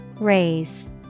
Raise